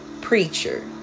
Preacher